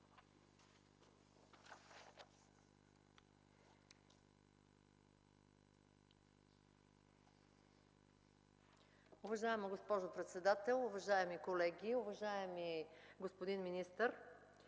Уважаема госпожо председател, уважаеми колеги! Уважаеми господин министър,